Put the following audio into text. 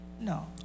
No